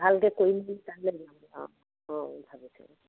ভালকৈ কৰিম বুলি অঁ অঁ অঁ ভাবিছোঁ